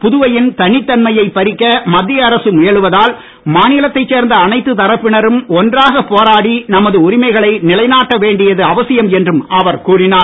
புதுவையின் தனித்தன்மையை பறிக்க மத்திய அரசு முயலுவதால் மாநிலத்தைச் சேர்ந்த அனைத்து தரப்பினரும் ஒன்றாக போராடி நமது உரிமைகளை நிலைநாட்ட வேண்டியது அவசியம் என்றும் அவர் கூறியுள்ளார்